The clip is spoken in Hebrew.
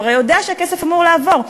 הוא הרי יודע שהכסף אמור לעבור.